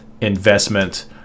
investment